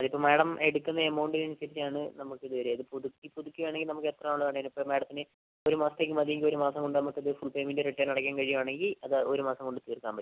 അത് ഇപ്പോൾ മാഡം എടുക്കുന്ന എമൗണ്ട് അനുസരിച്ച് ആണ് നമുക്ക് ഇത് വരിക ഇത് പുതുക്കി പുതുക്കി ആണേൽ നമുക്ക് എത്ര പണം വേണേലും ഇപ്പോൾ മാഡത്തിന് ഒരു മാസത്തേക്ക് മതിയെങ്കിൽ ഒരു മാസം കൊണ്ട് നമുക്ക് ഇത് ഫുൾ പേയ്മെൻറ്റ് റിട്ടേൺ അടയ്ക്കാൻ കഴിയുവാണെങ്കിൽ അത് ഒരു മാസം കൊണ്ട് തീർക്കാൻ പറ്റും